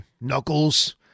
Knuckles